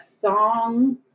song